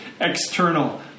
external